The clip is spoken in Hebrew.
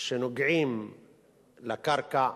שנוגעים לקרקע,